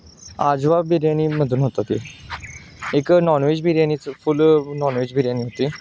आजवा बिर्याणीमधून होतं ते एक नॉनव्हेज बिर्याणीच फुल नॉनव्हेज बिर्याणी होती